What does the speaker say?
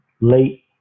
late